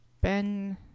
Ben